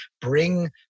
bring